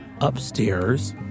upstairs